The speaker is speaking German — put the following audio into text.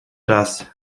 das